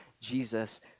Jesus